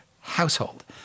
household